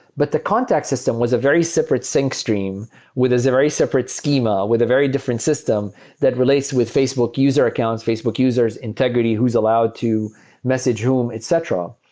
but the contact system was a very separate sync stream with a very separate schema, with a very different system that relates with facebook user accounts, facebook users' integrity, who's allowed to message whom, etc.